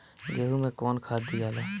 गेहूं मे कौन खाद दियाला?